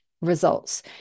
results